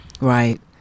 Right